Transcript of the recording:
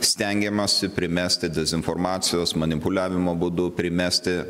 stengiamasi primesti dezinformacijos manipuliavimo būdu primesti